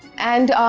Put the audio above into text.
and,